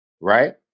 right